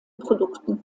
produkten